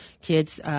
kid's